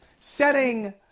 setting